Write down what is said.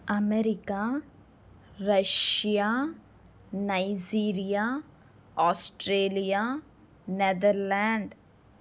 America Russia Nigeria Australia Netherlands